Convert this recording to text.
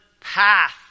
path